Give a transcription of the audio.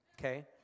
Okay